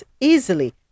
easily